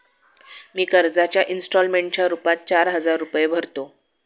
मी कर्जाच्या इंस्टॉलमेंटच्या रूपात चार हजार रुपये भरतो